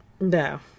No